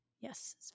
Yes